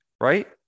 right